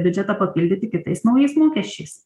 biudžetą papildyti kitais naujais mokesčiais